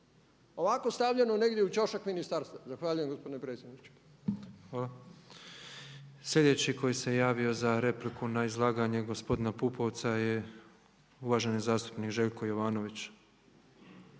Ovako stavljeno negdje u ćošak ministarstva zahvaljujem gospodine predsjedniče. Hvala. **Petrov, Božo (MOST)** Sljedeći koji javio za repliku na izlaganje gospodina Pupovca je uvaženi zastupnik Željko Jovanović.